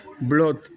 blood